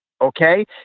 okay